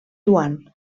joan